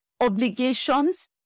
obligations